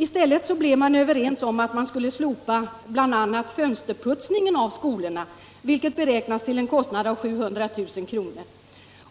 I stället blev man överens om att slopa bl.a. fönsterputsningen i skolorna, en kostnad som beräknades uppgå till 700 000 kr.